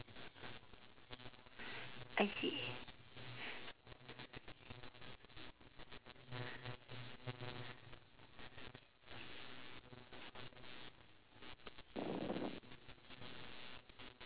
I see